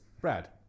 Brad